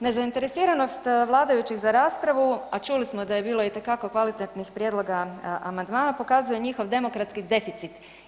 Nezainteresiranost vladajućih za raspravu, a čuli smo da je bilo itekako kvalitetnih prijedloga amandmana, pokazuje njihov demokratski deficit.